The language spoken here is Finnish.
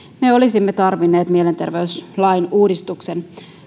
me olisimme tarvinneet mielenterveyslain uudistuksen